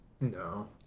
No